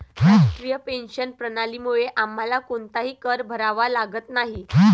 राष्ट्रीय पेन्शन प्रणालीमुळे आम्हाला कोणताही कर भरावा लागत नाही